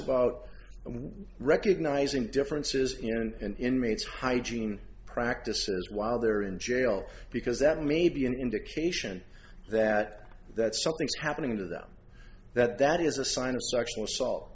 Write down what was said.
about recognising differences you know and inmates hygiene practices while they're in jail because that may be an indication that that something's happening to them that that is a sign of sexual assault